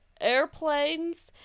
Airplanes